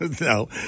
no